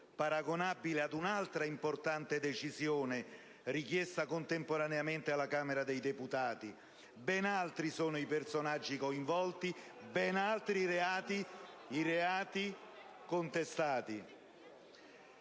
paragonabile ad un'altra importante decisione richiesta contemporaneamente alla Camera dei deputati. *(Commenti dal Gruppo PdL)*. Ben altri sono i personaggi coinvolti, ben altri i reati contestati!